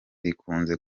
rikunze